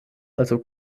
also